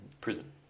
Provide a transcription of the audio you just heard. prison